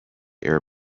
air